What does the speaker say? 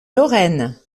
lauren